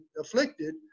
afflicted